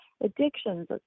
addictions